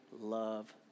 love